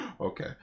Okay